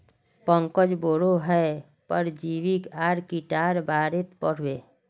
पंकज बोडो हय परजीवी आर टीकार बारेत पढ़ बे